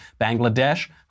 Bangladesh